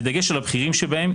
בדגש על הבכירים שבהם,